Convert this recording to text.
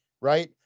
right